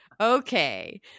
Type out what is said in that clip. okay